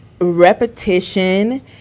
repetition